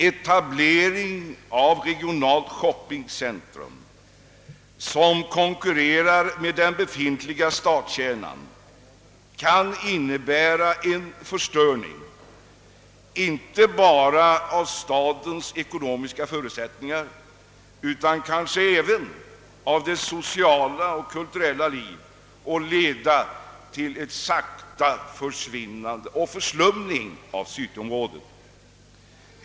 Etablering av ett regionalt shoppingcentrum, som konkurrerar med den befintliga stads kärnan, kan innebära en förstöring inte bara av stadens ekonomiska förutsättningar, utan kanske även av dess sociala och kulturella liv och leda till en sakta förslumning av cityområdena.